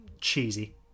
cheesy